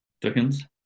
Dickens